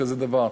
כזה דבר.